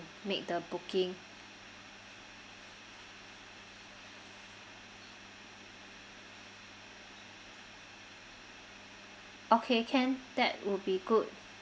make the booking okay can that will be good